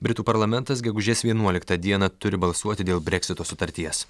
britų parlamentas gegužės vienuoliktą dieną turi balsuoti dėl breksito sutarties